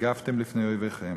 ונגפתם לפני איביכם